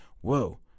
whoa